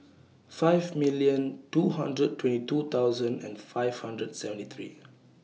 five million two hundred twenty two thousand and five hundred seventy three